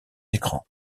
écrans